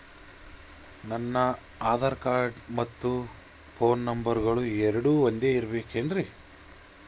ನನ್ನ ಆಧಾರ್ ಕಾರ್ಡ್ ಮತ್ತ ಪೋನ್ ನಂಬರಗಳು ಎರಡು ಒಂದೆ ಇರಬೇಕಿನ್ರಿ?